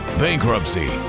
bankruptcy